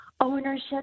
ownership